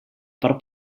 part